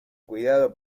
cuidado